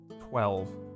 Twelve